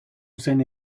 seine